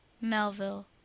melville